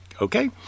okay